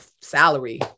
salary